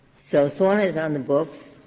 so sorna is on the books.